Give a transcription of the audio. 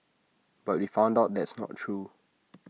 but we found out that's not true